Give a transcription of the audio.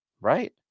Right